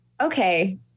okay